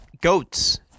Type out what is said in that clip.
Goats